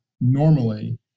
normally